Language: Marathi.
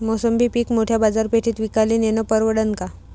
मोसंबी पीक मोठ्या बाजारपेठेत विकाले नेनं परवडन का?